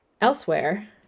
Elsewhere